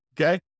Okay